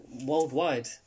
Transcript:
worldwide –